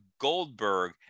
Goldberg